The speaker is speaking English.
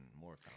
more